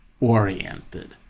oriented